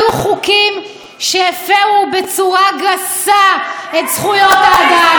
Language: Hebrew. חוקים שהפרו בצורה גסה את זכויות האדם,